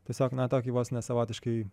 tiesiog na tokį vos ne savotiškai